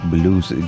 Blues